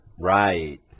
Right